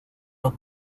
los